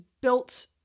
built